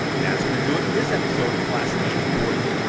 that's going to do it for this episode of classic gaming quarterly,